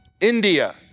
India